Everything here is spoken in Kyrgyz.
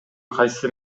кайсы